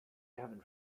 haven’t